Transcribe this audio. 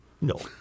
No